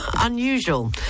unusual